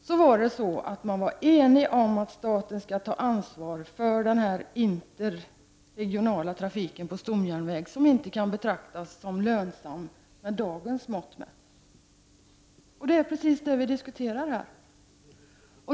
Men man var enig om att staten skulle ta ansvar för den interregionala trafiken på stomjärnväg som inte kan betraktas som lönsam med dagens mått mätt. Det är precis detta vi diskuterar här.